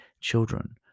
children